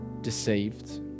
deceived